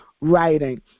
writing